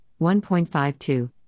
1.52